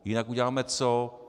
Jinak uděláme co?